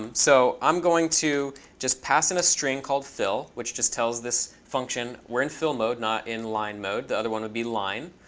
um so i'm going to just pass in a string called fill, which just tells this function we're in fill mode not in line mode. the other one would be line.